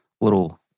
little